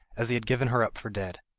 as he had given her up for dead.